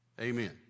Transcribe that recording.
Amen